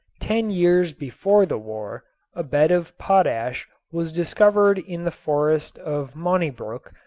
ten years before the war a bed of potash was discovered in the forest of monnebruck,